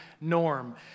Norm